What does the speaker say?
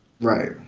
right